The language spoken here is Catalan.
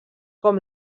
com